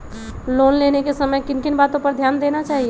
Loan लेने के समय किन किन वातो पर ध्यान देना चाहिए?